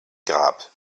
grab